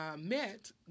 met